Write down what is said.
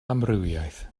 amrywiaeth